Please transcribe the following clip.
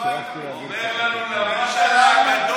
השקרן הגדול מכולם משקר.